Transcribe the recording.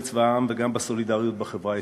צבא וגם בסולידריות בחברה הישראלית.